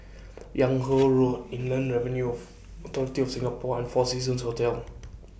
Yung Ho Road Inland Revenue Authority of Singapore and four Seasons Hotel